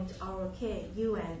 ROK-UN